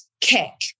kick